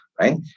right